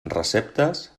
receptes